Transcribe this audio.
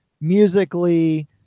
musically